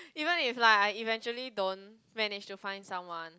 even if like I eventually don't manage to find someone